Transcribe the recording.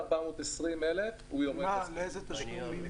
איזה תשלום?